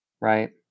right